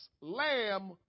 lamb